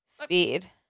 speed